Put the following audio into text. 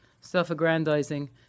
self-aggrandizing